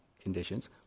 conditions